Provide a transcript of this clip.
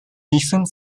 recent